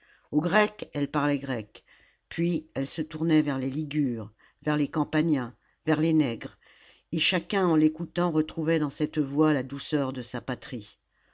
aux grecs elle parlait grec puis elle se tourna vers les ligures vers les campaniens vers les nègres et chacun en l'écoutant retrouvait dans cette voix la douceur de sa patrie